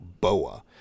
Boa